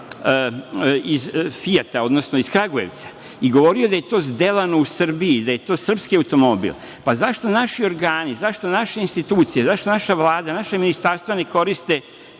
iz „Fijata“, odnosno iz Kragujevca. Govorio je da je to zdelano u Srbiji, da je to srpski automobil. Zašto naši organi, zašto naše institucije, zašto naša Vlada, naša ministarstva ne koriste